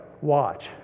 watch